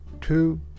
two